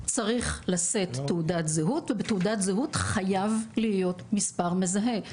צריך לשאת תעודת זהות ובתעודת הזהות חייב להיות מספר מזהה.